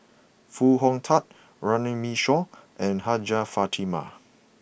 Foo Hong Tatt Runme Shaw and Hajjah Fatimah